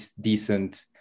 decent